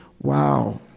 wow